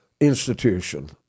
institution